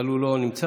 אבל הוא לא נמצא.